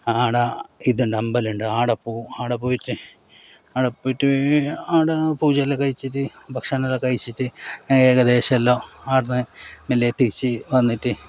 ആട ഇതുണ്ട് അമ്പലമുണ്ട് ആടെ പോകും ആടെ പോയിട്ട് ആടെ പോയിട്ട് ആട പൂജയെല്ലാം കഴിച്ചിട്ടു ഭക്ഷണമെല്ലാം കഴിച്ചിട്ടു ഏകദേശം എല്ലാ ആട്ന്ന് മെല്ലെ തിരിച്ചു വന്നിട്ട്